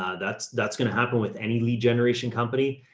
ah that's, that's going to happen with any lead generation company,